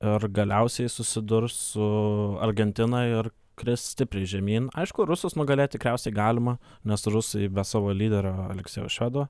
ir galiausiai susidurs su argentina ir kris stipriai žemyn aišku rusus nugalėt tikriausiai galima nes rusai be savo lyderio aleksejaus švedo